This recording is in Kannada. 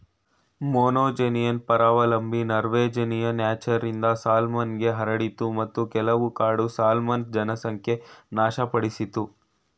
ಮೊನೊಜೆನಿಯನ್ ಪರಾವಲಂಬಿ ನಾರ್ವೇಜಿಯನ್ ಹ್ಯಾಚರಿಂದ ಸಾಲ್ಮನ್ಗೆ ಹರಡಿತು ಮತ್ತು ಕೆಲವು ಕಾಡು ಸಾಲ್ಮನ್ ಜನಸಂಖ್ಯೆ ನಾಶಪಡಿಸಿತು